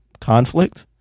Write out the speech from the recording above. conflict